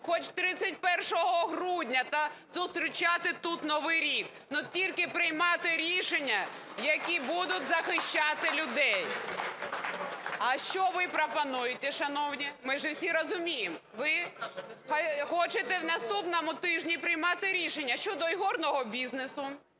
хоч 31 грудня та зустрічати тут Новий рік. Але тільки приймати рішення, які будуть захищати людей. А що ви пропонуєте, шановні? Ми ж усі розуміємо. Ви хочете на наступному тижні приймати рішення щодо ігорного бізнесу,